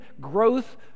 growth